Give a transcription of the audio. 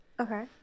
Okay